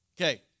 Okay